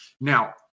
Now